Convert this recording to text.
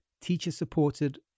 teacher-supported